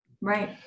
Right